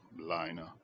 liner